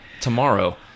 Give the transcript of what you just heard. tomorrow